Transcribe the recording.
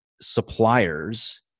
suppliers